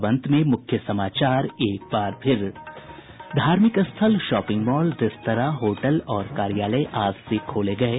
और अब अंत में मूख्य समाचार एक बार फिर धार्मिक स्थल शॉपिंग मॉल रेस्त्रां होटल और कार्यालय आज से खोले गये